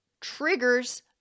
triggers